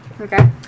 Okay